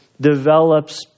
develops